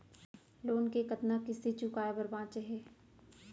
Loan के कतना किस्ती चुकाए बर बांचे हे?